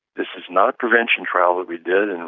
this is not a prevention trial that we did, and